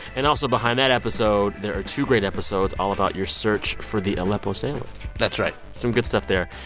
and also behind that episode, there are two great episodes all about your search for the aleppo so that's right some good stuff there.